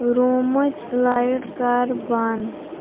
روٗمٕچ light کر بنٛد